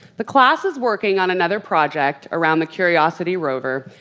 the class is working on another project around the curiosity rover,